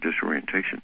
disorientation